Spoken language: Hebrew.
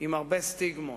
עם הרבה סטיגמות,